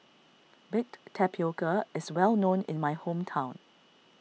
Baked Tapioca is well known in my hometown